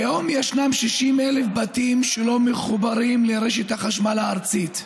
כיום יש 60,000 בתים שלא מחוברים לרשת החשמל הארצית,